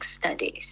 studies